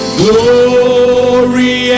glory